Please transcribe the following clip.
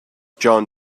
john